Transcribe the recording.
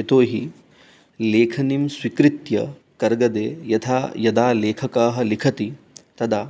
यतोहि लेखनीं स्वीकृत्य कर्गजे यथा यदा लेखकाः लिखन्ति तदा